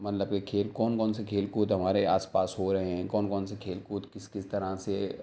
مطلب یہ کہ کون کون سے کھیل کود ہمارے آپ پاس ہو رہے ہیں کون کون سے کھیل کود کس کس طرح سے